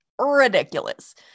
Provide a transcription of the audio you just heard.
ridiculous